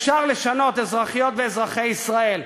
אפשר לשנות, אזרחיות ואזרחי ישראל.